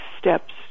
steps